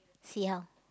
see how